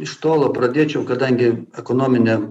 iš tolo pradėčiau kadangi ekonominę